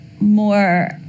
more